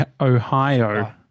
Ohio